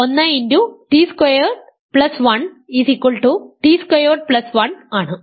1 x t squared plus 1 t squared plus 1 ആണ്